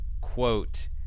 Quote